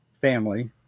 family